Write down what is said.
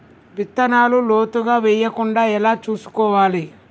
విత్తనాలు లోతుగా వెయ్యకుండా ఎలా చూసుకోవాలి?